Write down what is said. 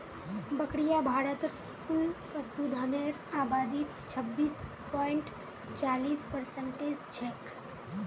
बकरियां भारतत कुल पशुधनेर आबादीत छब्बीस पॉइंट चालीस परसेंट छेक